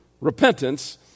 repentance